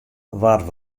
waard